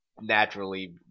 naturally